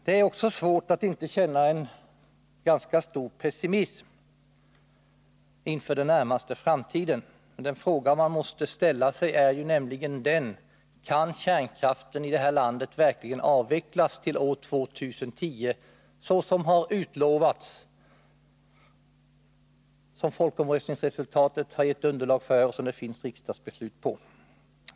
Det är svårt att inte känna en ganska stor pessimism inför den närmaste framtiden. Den fråga man måste ställa sig är nämligen: Kan kärnkraften i det här landet verkligen avvecklas till år 2010, som det har utlovats, som folkomröstningsresultatet har gett underlag för och som det finns riksdagsbeslut om?